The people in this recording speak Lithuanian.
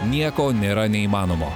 nieko nėra neįmanomo